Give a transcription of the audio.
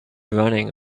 running